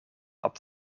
had